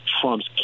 Trump's